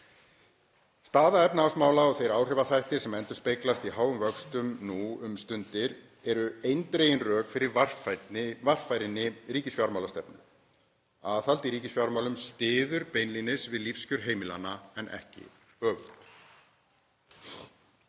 Staða efnahagsmála og þeir áhrifaþættir sem endurspeglast í háum vöxtum nú um stundir eru eindregin rök fyrir varfærinni ríkisfjármálastefnu. Aðhald í ríkisfjármálum styður beinlínis við lífskjör heimilanna en ekki öfugt.